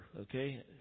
okay